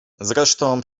zresztą